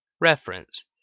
reference